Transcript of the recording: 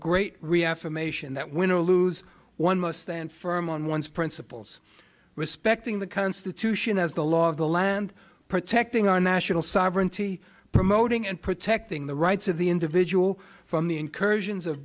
great reaffirmation that win or lose one must stand firm on one's principles respecting the constitution as the law of the land protecting our national sovereignty promoting and protecting the rights of the individual from the incursions